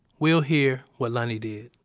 we'll hear what lonnie did